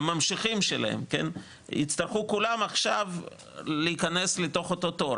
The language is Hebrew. הממשיכים שלהם יצטרכו כולם עכשיו להיכנס לתוך אותו תור,